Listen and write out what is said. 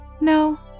No